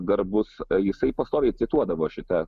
garbus jisai pastoviai cituodavo šitą